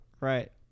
Right